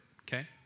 okay